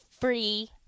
free